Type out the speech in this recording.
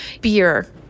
beer